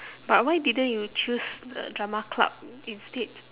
but why didn't you choose uh drama club instead